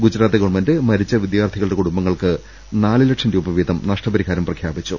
ഗുജ റാത്ത് government മരിച്ച വിദ്യാർഥികളുടെ കുടുംബങ്ങൾക്ക് നാലുലക്ഷം രൂപവീതം നഷ്ടപരിഹാരം പ്രഖ്യാപിച്ചു